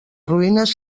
ruïnes